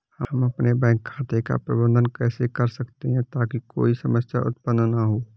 हम अपने बैंक खाते का प्रबंधन कैसे कर सकते हैं ताकि कोई समस्या उत्पन्न न हो?